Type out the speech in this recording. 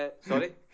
Sorry